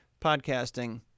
podcasting